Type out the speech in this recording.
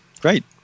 great